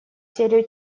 серию